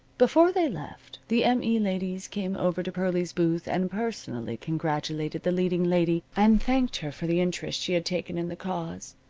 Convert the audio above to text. before they left, the m. e. ladies came over to pearlie's booth and personally congratulated the leading lady, and thanked her for the interest she had taken in the cause,